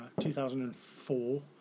2004